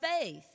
faith